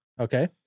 Okay